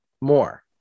more